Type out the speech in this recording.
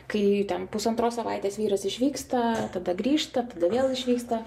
kai ten pusantros savaitės vyras išvyksta tada grįžta tada vėl išvyksta